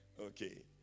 Okay